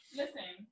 listen